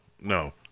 No